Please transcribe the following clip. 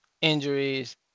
Injuries